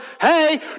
hey